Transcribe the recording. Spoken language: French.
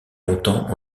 longtemps